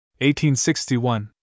1861